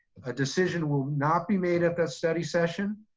a decision will not be made at that study session,